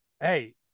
Hey